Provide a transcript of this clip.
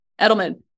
Edelman